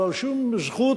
לא על שום זכות,